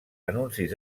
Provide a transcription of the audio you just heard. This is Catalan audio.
anuncis